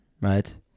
right